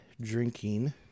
drinking